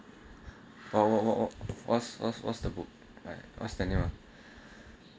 what what what what's the book what's that name ah